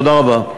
תודה רבה.